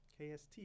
kst